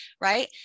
right